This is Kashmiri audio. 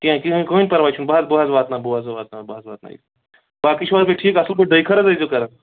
کیٚنٛہہ کِہیٖنٛۍ کٕہٕنۍ پَرواے چھُنہٕ بہٕ حظ بہٕ حظ واتناو بہٕ حظ بہٕ واتناو بہٕ حظ واتناو باقٕے چھُو حظ تُہۍ ٹھیٖک اَصٕل پٲٹھۍ دۄیہِ خٲرٕ حظ أسۍ زیٚو کران